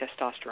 testosterone